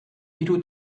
hiru